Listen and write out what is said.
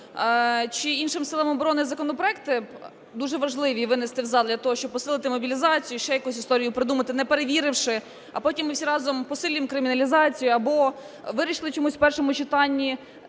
чи іншим силам оборони законопроекти дуже важливі винести в зал для того, щоб посилити мобілізацію, ще якусь історію придумати, не перевіривши, а потім ми всі разом посилюємо криміналізацію або вирішили чомусь в першому читанні